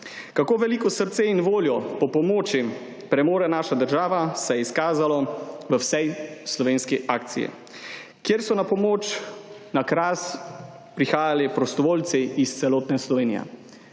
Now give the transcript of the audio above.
Kako veliko srce in voljo po pomoči premore naša država, se je izkazalo v vseslovenski akciji, kjer so na pomoč na Kras prihajali prostovoljci iz celotne Slovenije.